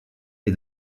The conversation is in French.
est